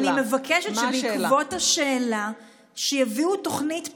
אני מבקשת שבעקבות השאלה יביאו תוכנית פעולה,